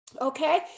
okay